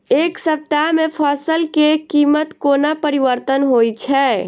एक सप्ताह मे फसल केँ कीमत कोना परिवर्तन होइ छै?